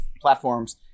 platforms